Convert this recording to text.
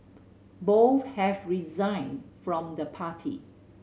both have resigned from the party